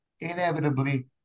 Inevitably